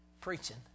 Preaching